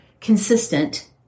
Consistent